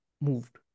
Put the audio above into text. moved